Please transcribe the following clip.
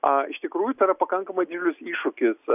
a iš tikrųjų tai yra pakankamai didelis iššūkis